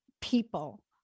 people